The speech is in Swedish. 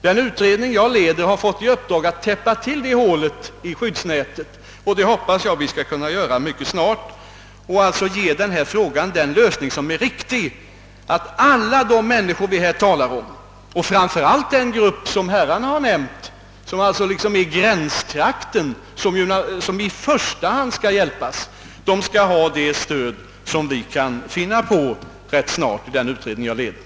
Den utredning jag leder har fått i uppdrag att täppa till hålet i skyddsnätet, och jag hoppas att vi skall kunna mycket snart ge denna fråga den lösning som är riktig, så att alla människor man här talar om, och framför allt den grupp som befinner sig i gränstrakten till förtidspension, skall få det stöd de behöver.